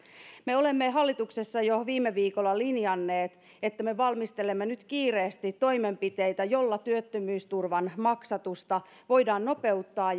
me olemme hallituksessa jo viime viikolla linjanneet että me valmistelemme nyt kiireesti toimenpiteitä joilla työttömyysturvan maksatusta voidaan nopeuttaa